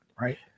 right